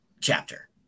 chapter